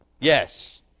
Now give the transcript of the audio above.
Yes